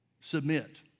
submit